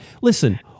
Listen